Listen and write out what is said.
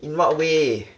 in what way